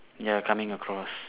ya coming across